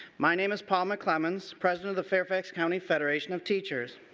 my name is paul mcclemens, president of the fairfax county federation of teachers.